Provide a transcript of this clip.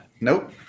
Nope